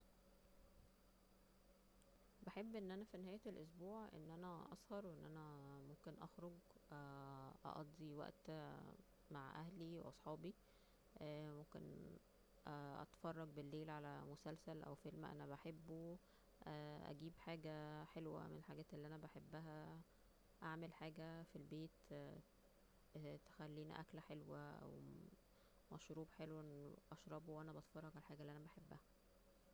بحب أن أنا في نهاية الأسبوع أن أنا أسهر وان أنا ممكن اخرج اقضي وقت مع اهلي وأصحابي ممكن اتفرج بالليل على مسلسل او فيلم أنا بحبه اجيب حاجة حلوة من الحاجات اللي انا بحبها أعمل حاجة في البيت تخلينا أكلة حلوة أو مشروب حلو اشربه وانا بتفرج على الحاجة اللي انا بحبها